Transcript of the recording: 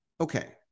Okay